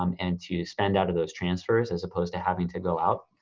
um and to spend out of those transfers as opposed to having to go out.